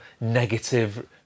negative